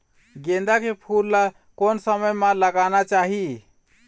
गेंदा के फूल ला कोन समय मा लगाना चाही?